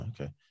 okay